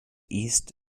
east